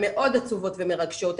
מאוד עצובות ומרגשות,